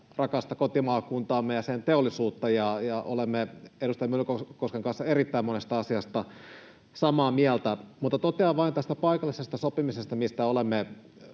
rakasta kotimaakuntaamme ja sen teollisuutta. Olemme edustaja Myllykosken kanssa erittäin monesta asiasta samaa mieltä, mutta totean vain tästä paikallisesta sopimisesta, mistä olemme